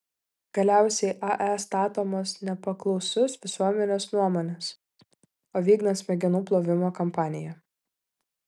galiausiai ae statomos nepaklausus visuomenės nuomonės o vykdant smegenų plovimo kampaniją